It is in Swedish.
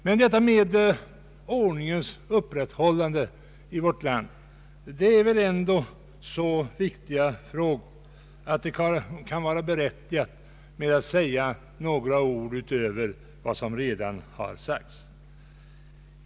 Men frågan om ordningens upprätthållande i vårt land är väl ändå så viktig att det kan vara berättigat att säga några ord utöver vad som redan har sagts.